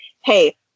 hey